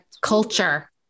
culture